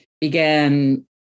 began